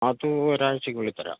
അത് ഒരാഴ്ചക്കുള്ളിൽ തരാം